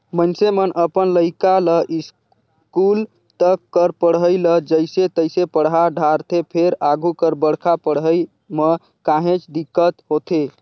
मइनसे मन अपन लइका ल इस्कूल तक कर पढ़ई ल जइसे तइसे पड़हा डारथे फेर आघु कर बड़का पड़हई म काहेच दिक्कत होथे